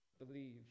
believe